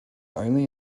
only